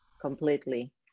completely